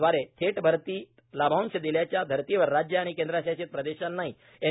द्वारे थेट भरती लाभांश दिल्याच्या धरतीवर राज्य आणि केंद्रशासित प्रदेशांनाही एन